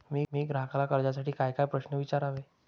मी ग्राहकाला कर्जासाठी कायकाय प्रश्न विचारावे?